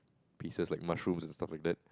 pieces like mushrooms and stuffs like that